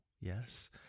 Yes